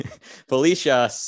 Felicia